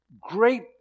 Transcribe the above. great